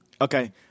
Okay